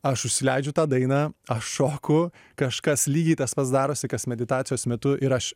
aš užsileidžiu tą dainą aš šoku kažkas lygiai tas pats darosi kas meditacijos metu ir aš